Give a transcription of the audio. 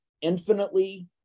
infinitely